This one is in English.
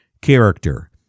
character